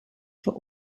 for